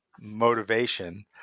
motivation